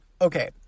okay